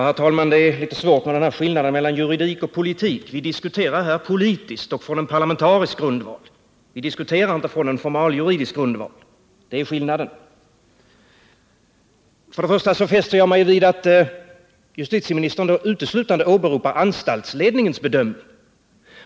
Herr talman! Det är litet svårt med den här skillnaden mellan juridik och politik. Vi diskuterar här politiskt och från en parlamentarisk grundval. Vi diskuterar inte från en formaljuridisk grundval. Det är skillnaden. Till att börja med fäste jag mig vid att justitieministern uteslutande åberopar anstaltsledningens bedömning.